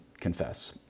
confess